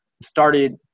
started